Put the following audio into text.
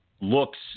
looks